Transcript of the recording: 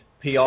PR